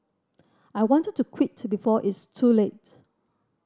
I wanted to quit to before it's too late